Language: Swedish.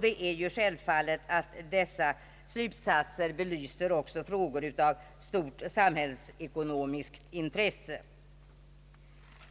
Det är självfallet att dessa slutsatser också belyser frågor av stort samhällsekonomiskt intresse.